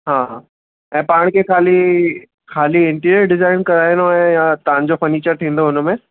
हा ऐं पाण खे ख़ाली ख़ाली इंटीरियर डिजाइन कराइणो आहे तव्हांजो फर्नीचर थींदो हुनमें